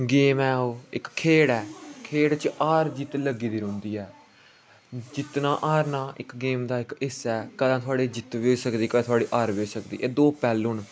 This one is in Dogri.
गेम ऐ ओह् इक खेढ ऐ खेढ च हार जित्त लग्गी दी रौंह्दी ऐ जित्तना हारना इक गेम दा इक हिस्सा ऐ कदें थुआढ़ी जित्त बी होई सकदी कदें थुआढ़ी हार बी होई सकदी एह् दो पैहलू न